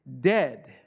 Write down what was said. dead